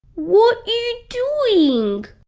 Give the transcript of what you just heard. what you doing?